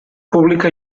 pública